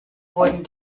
wurden